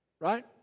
Right